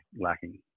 lacking